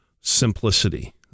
simplicity